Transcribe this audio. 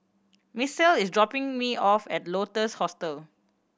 Misael is dropping me off at Lotus Hostel